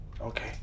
Okay